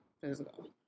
physical